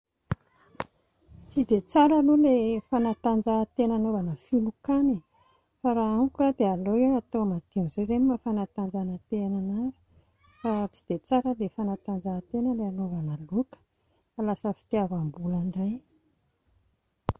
Tsy dia tsara aloha ilay fanatanjahantena anaovana filokana e fa raha amiko aloha dia aleo hoe hatao madio amin'izay izay no maha-fanatanjahantena an'azy, fa tsy dia tsara ilay fanatanjahantena no anaovana loka fa lasa fitiavam-bola indray